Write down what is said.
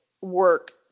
work